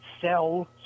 sell